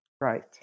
Right